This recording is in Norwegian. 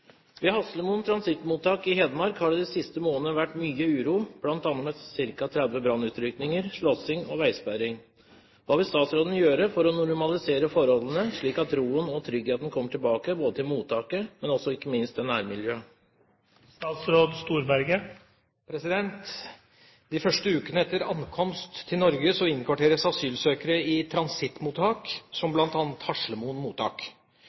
Haslemoen transittmottak i Hedmark har det de siste månedene vært mye uro, bl.a. med ca. 30 brannutrykninger, slåssing og veisperring. Hva vil statsråden gjøre for å normalisere forholdene slik at roen og tryggheten kommer tilbake både til mottaket og ikke minst til nærmiljøet?» De første ukene etter ankomst til Norge innkvarteres asylsøkere i transittmottak, som